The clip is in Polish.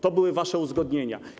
To były wasze uzgodnienia.